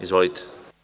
Izvolite.